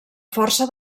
força